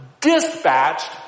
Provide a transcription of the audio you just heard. dispatched